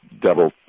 double